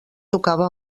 tocava